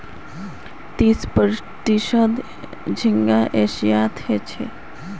तीस प्रतिशत झींगा एशियात ह छे